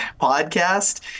podcast